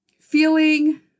feeling